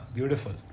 Beautiful